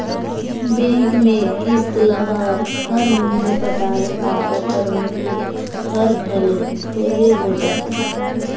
bank में किस्त ल हर महिना पटाबे ता ओकर मूल हर घलो थोरहें होत जाथे